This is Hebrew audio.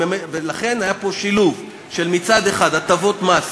ולכן היה פה שילוב של מצד אחד הטבות מס,